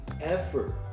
effort